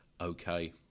okay